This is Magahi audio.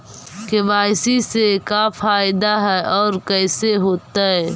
के.वाई.सी से का फायदा है और कैसे होतै?